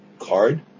card